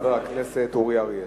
חבר הכנסת אורי אריאל.